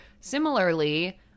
Similarly